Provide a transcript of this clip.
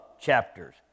chapters